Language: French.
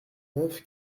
neuf